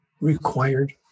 required